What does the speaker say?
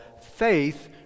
faith